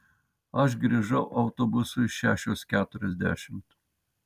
aš grįžau autobusu šešios keturiasdešimt